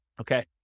Okay